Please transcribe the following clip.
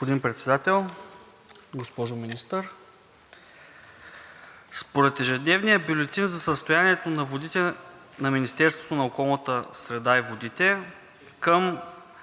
Господин Председател, госпожо Министър! Според ежедневния бюлетин за състоянието на водите на Министерството на околната среда и водите към